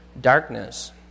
darkness